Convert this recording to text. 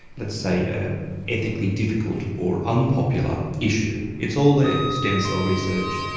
let's say ah ethically difficult or unpopular issue, it's all there stem cell research,